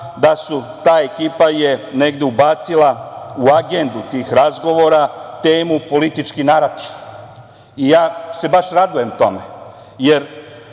da su, ta ekipa je negde ubacila u agendu tih razgovora temu – politički narativ. Baš se radujem tome, jer